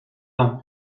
long